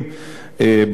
באוטובוס.